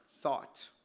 Thought